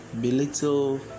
belittle